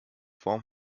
form